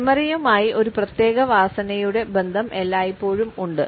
മെമ്മറിയുമായി ഒരു പ്രത്യേക വാസനയുടെ ബന്ധം എല്ലായ്പ്പോഴും ഉണ്ട്